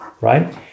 right